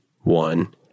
one